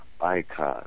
icons